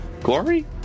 glory